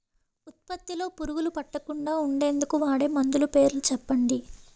ఉత్పత్తి లొ పురుగులు పట్టకుండా ఉండేందుకు వాడే మందులు పేర్లు చెప్పండీ?